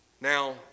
Now